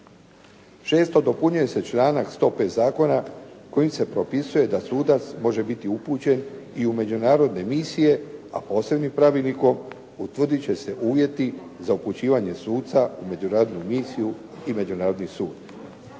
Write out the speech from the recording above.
Šesto, dopunjuje se članak 105. zakona kojim se propisuje da sudac može biti upućen i u međunarodne misije, a posebnim pravilnikom utvrdit će se uvjeti za upućivanje suca u međunarodnu misiju i Međunarodni sud.